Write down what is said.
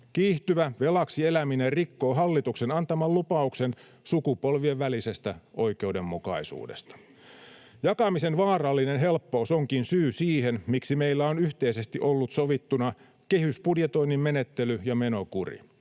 Kiihtyvä velaksi eläminen rikkoo hallituksen antaman lupauksen sukupolvien välisestä oikeudenmukaisuudesta. Jakamisen vaarallinen helppous onkin syy siihen, miksi meillä on ollut yhteisesti sovittuna kehysbudjetoinnin menettely ja menokuri.